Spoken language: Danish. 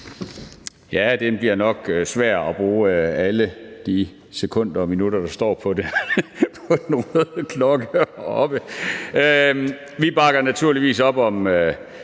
tak. Det bliver nok svært at bruge alle de minutter og sekunder, der står på det røde ur heroppe. Vi bakker naturligvis op om